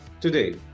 Today